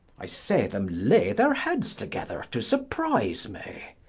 i see them lay their heades together to surprize me.